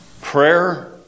prayer